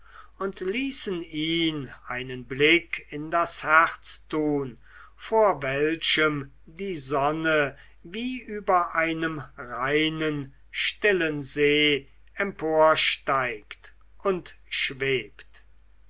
und ließen ihn einen blick in das herz tun vor welchem die sonne wie über einem reinen stillen see emporsteigt und schwebt